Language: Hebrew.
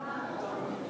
לשמוע.